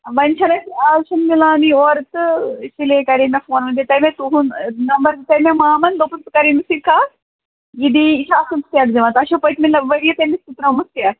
وۄنۍ چھَنہٕ اَسہِ اَز چھُنہٕ میلانٕے اورٕ تہٕ اِسی لیے کَرے مےٚ فون وۅنۍ دِتیٛاے مےٚ تُہُنٛد نمبر دِتیٛاے مےٚ مامن دوٚپُن ژٕ کَر أمِس سۭتۍ کَتھ یہِ دِیی یہِ چھُ اَصٕل سٮ۪کھ دِوان تۄہہِ چھَو پٔتمہِ ؤریہِ تٔمِس تہِ ترٛٲومٕژ سٮ۪کھ